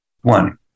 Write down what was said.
One